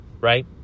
right